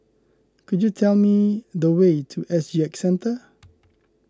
could you tell me the way to S G X Centre